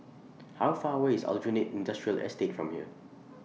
How Far away IS Aljunied Industrial Estate from here